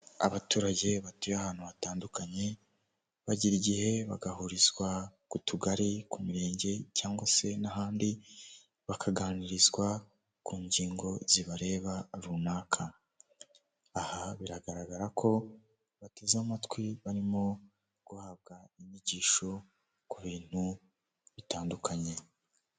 Tengamara na tiveya twongeye kubatengamaza, ishimwe kuri tiveya ryongeye gutangwa ni nyuma y'ubugenzuzi isuzuma n'ibikorwa byo kugaruza umusoro byakozwe dukomeje gusaba ibiyamu niba utariyandikisha kanda kannyeri maganainani urwego ukurikiza amabwiriza nibayandikishije zirikana fatire ya ibiyemu no kwandikisha nimero yawe ya telefone itanga n amakuru.